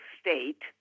State